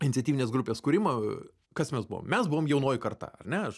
iniciatyvinės grupės kūrimo kas mes buvom mes buvom jaunoji karta ar ne